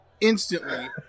Instantly